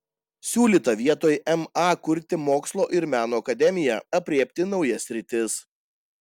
siūlyta vietoj ma kurti mokslo ir meno akademiją aprėpti naujas sritis